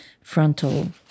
frontal